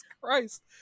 christ